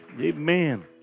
Amen